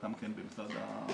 גם כן במשרד התחבורה.